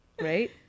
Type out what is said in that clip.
right